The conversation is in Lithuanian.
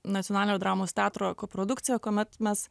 nacionalinio dramos teatro koprodukcija kuomet mes